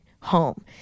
home